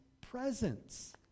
presence